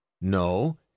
No